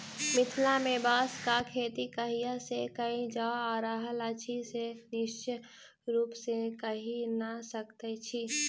मिथिला मे बाँसक खेती कहिया सॅ कयल जा रहल अछि से निश्चित रूपसॅ नै कहि सकैत छी